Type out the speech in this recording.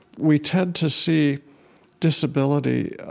we tend to see disability